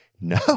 no